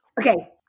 Okay